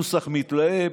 נוסח מתלהם,